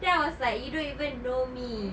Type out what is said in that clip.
then I was like you don't even know me